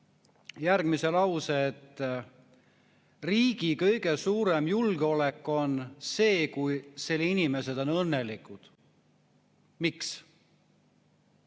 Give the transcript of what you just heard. järgmise lause, et riigi kõige kindlam julgeolek on see, kui selle inimesed on õnnelikud. Miks?